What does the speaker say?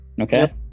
Okay